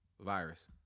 virus